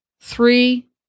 Three